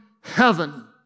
heaven